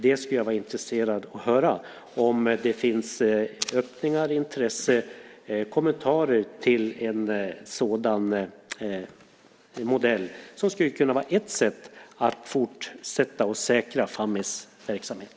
Jag skulle vara intresserad av att höra om det finns öppningar och intresse för och kommentar till en sådan modell som skulle kunna vara ett sätt att fortsätta säkra Fammis verksamhet.